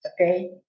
Okay